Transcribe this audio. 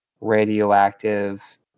radioactive